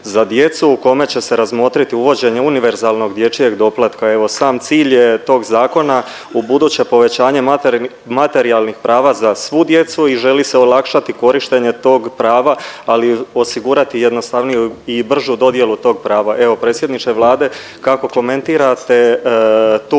za djecu u kome će se razmotriti uvođenje univerzalnog dječjeg doplatka. Evo sam cilj je tog zakona ubuduće povećanje materijalnih prava za svu djecu i želi se olakšati korištenje tog prava, ali osigurati i jednostavniju i bržu dodjelu tog prava. Evo predsjedniče Vlade, kako komentirate tu